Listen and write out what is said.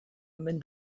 omen